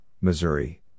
Missouri